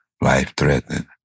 life-threatening